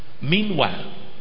Meanwhile